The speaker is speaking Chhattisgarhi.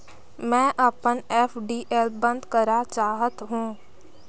मैं अपन एफ.डी ल बंद करा चाहत हों